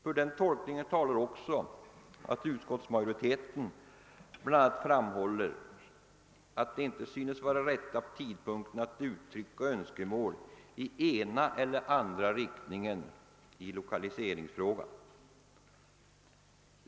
För den tolkningen talar också att utskottsmajoriteten bl.a. framhåller att det inte nu synes vara rätta tidpunkten att uttrycka önskemål i ena eller andra riktningen i lokaliseringsfrågan.